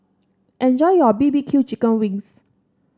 enjoy your B B Q Chicken Wings